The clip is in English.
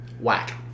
Whack